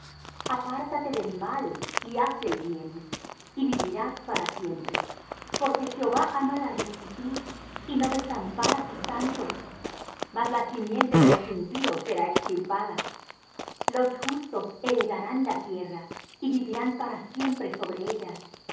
apártate del mal y haz el bien y vivirás para siempre porque jehová ama la rectitud y no desampara sus santos mas la simiente de los impíos será extirpada los justos heredarán la tierra y vivirán para siempre sobre ella